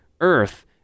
earth